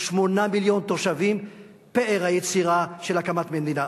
8 מיליון תושבים, פאר היצירה של הקמת מדינה.